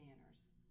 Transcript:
manners